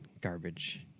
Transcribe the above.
garbage